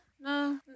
no